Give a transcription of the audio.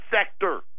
sector